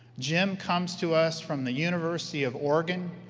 jim comes to us from the university of oregon,